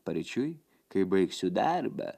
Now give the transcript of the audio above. paryčiui kai baigsiu darbą